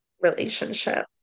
relationship